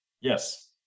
Yes